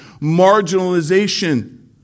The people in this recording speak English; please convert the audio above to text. marginalization